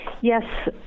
yes